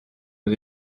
aux